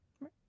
Right